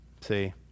See